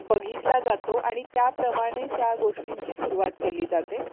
बघितला जातो आणि त्याप्रमाणे त्या गोष्टींची सुरुवात केली जाते